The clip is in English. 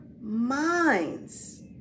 minds